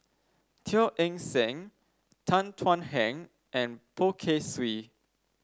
Teo Eng Seng Tan Thuan Heng and Poh Kay Swee